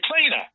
cleaner